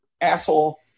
asshole